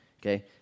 okay